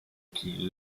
qui